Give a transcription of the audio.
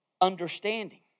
understanding